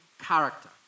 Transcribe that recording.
character